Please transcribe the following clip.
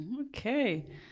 okay